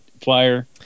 flyer